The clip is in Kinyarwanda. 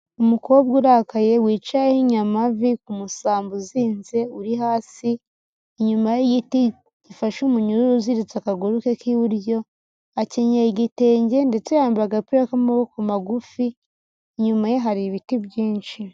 Umukobwa urakaye wicaye ahinnye amavi ku musambi uzinze uri hasi inyuma y'igiti gifashe umunyururu uziritse akaguru ke k'iburyo, akenyeye igitenge ndetse yambara agapira k'amaboko magufi inyumaye hari ibiti byinshi.